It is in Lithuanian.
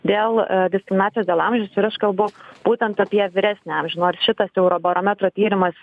dėl diskriminacijos dėl amžiaus ir aš kalbu būtent apie vyresnį amžių nors šitas eurobarometro tyrimas